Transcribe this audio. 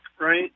right